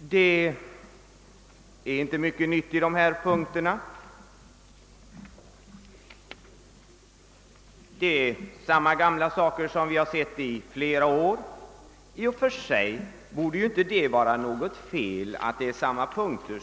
Det är inte mycket nytt i dessa punkter; samma gamla saker som vi sett i flera år tas upp. I och för sig borde det inte vara något fel att föra fram samma punkter,